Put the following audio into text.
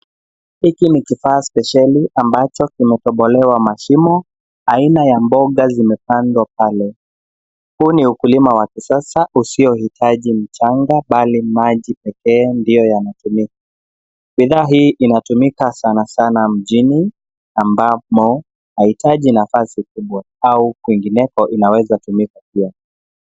Hiki ni kifaa spesheli ambacho kimetobolewa mashimo. Aina ya mboga zimepandwa pale. Huu ni ukulima wa kisasa usiohitaji mchanga bali maji pekee ndio yanatumika. Bidhaa hii inatumika sanasana mjini ambamo haihitaji nafasi kubwa au kwingineko inaweza tumika pia.